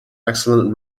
excellent